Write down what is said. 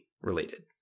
related